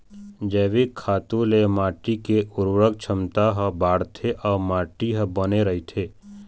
जइविक खातू ले माटी के उरवरक छमता ह बाड़थे अउ माटी ह बने रहिथे